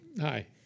Hi